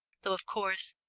though, of course,